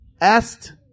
Asked